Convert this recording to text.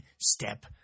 step